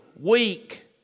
weak